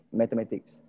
mathematics